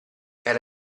era